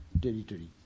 territory